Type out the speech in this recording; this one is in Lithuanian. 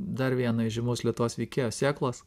dar vieno įžymaus lietuvos veikėjo sėklos